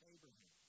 Abraham